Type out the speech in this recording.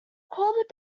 called